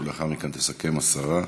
ולאחר מכן תסכם השרה.